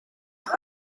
nog